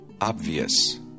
Obvious